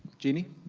jeannie?